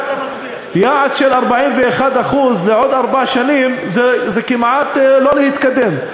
יעד של 41% לעוד ארבע שנים זה כמעט לא להתקדם,